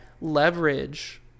leverage